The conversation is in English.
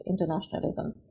internationalism